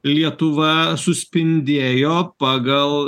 lietuva suspindėjo pagal